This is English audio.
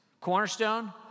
Cornerstone